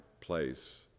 place